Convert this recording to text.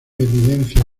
evidencias